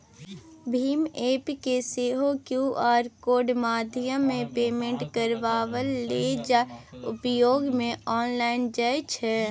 भीम app केँ सेहो Q R कोडक माध्यमेँ पेमेन्ट करबा लेल उपयोग मे आनल जाइ छै